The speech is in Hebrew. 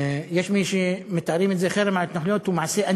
יש מי שמתארים את זה: חרם על התנחלויות הוא אנטישמי,